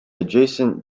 adjacent